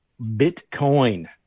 Bitcoin